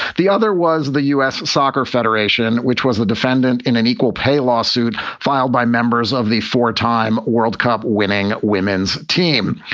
the other was the u s. soccer federation, which was the defendant in an equal pay lawsuit filed by members of the four time world cup winning women's team.